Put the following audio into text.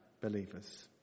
believers